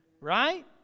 Right